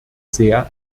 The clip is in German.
sehr